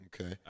Okay